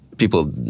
people